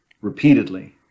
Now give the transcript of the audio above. repeatedly